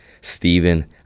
Stephen